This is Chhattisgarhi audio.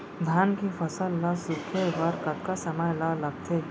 धान के फसल ल सूखे बर कतका समय ल लगथे?